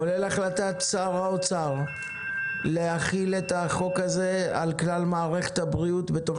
כולל החלטת שר האוצר להחיל את החוק הזה על כלל מערכת הבריאות בתוך